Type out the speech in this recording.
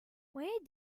where